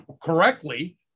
correctly –